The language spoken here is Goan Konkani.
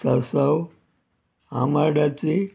सांसाव आमाड्याचें